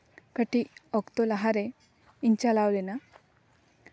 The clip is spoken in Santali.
ᱠᱟᱹᱴᱤᱡ ᱚᱠᱛᱚ ᱞᱟᱦᱟᱨᱮ ᱤᱧ ᱪᱟᱞᱟᱣ ᱞᱮᱱᱟ